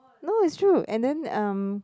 no it's true and then um